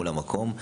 המקום,